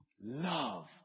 love